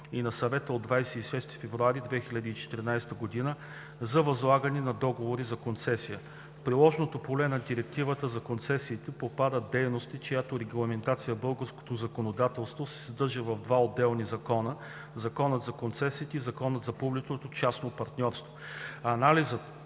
и на Съвета от 26 февруари за възлагане на договори за концесия. В приложното поле на Директивата за концесиите попадат дейности, чиято регламентация в българското законодателство се съдържа в два отделни закона: Закона за концесиите и Закона за публично-частното партньорство. Анализът